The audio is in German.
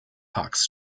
parks